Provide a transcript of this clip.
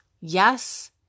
yes